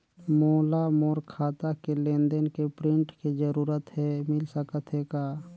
मोला मोर खाता के लेन देन के प्रिंट के जरूरत हे मिल सकत हे का?